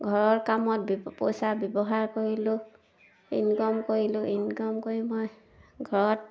ঘৰৰ কামত পইচা ব্যৱহাৰ কৰিলোঁ ইনকম কৰিলোঁ ইনকম কৰি মই ঘৰত